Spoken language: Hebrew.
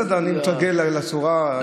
בסדר, אני מתרגל לצורה.